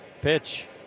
Pitch